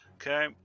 Okay